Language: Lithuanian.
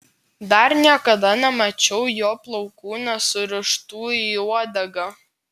dar niekada nemačiau jo plaukų nesurištų į uodegą